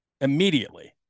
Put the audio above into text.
immediately